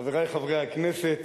חברי חברי הכנסת,